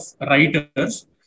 writers